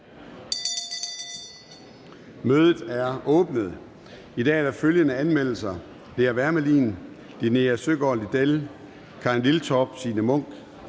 Mødet er åbnet. I dag er der følgende anmeldelser: